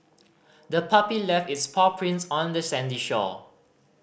the puppy left its paw prints on the sandy shore